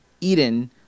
Eden